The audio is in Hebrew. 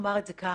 נאמר את זה כך.